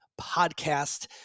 podcast